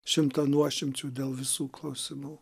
šimtą nuošimčių dėl visų klausimų